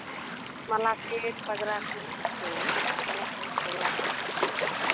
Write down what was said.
ᱢᱟᱞᱟ ᱥᱮᱴ ᱯᱟᱜᱽᱨᱟ ᱠᱚ ᱦᱮᱸ ᱢᱟᱞᱟ ᱥᱮᱴ ᱯᱟᱜᱽᱨᱟ ᱠᱚ